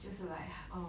就是 like um